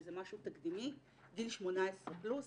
שזה משהו תקדימי, גיל 18 פלוס.